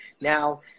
Now